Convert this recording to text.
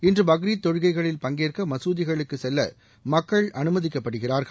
இன்று பக்ரீத் தொழுகைகளில் பங்கேற்க மசூதிகளுக்கு செல்ல மக்கள் அனுமதிக்கப்படுகிறார்கள்